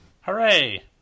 Hooray